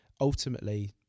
Ultimately